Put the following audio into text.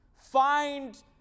Find